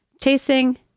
chasing